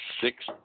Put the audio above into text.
six